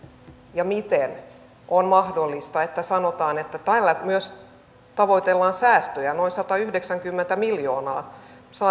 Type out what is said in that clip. ja miten on mahdollista että sanotaan että tällä myös tavoitellaan säästöjä noin satayhdeksänkymmentä miljoonaa